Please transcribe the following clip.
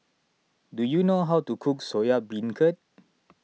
do you know how to cook Soya Beancurd